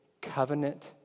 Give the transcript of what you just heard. covenant